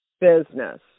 business